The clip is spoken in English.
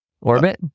orbit